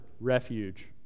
refuge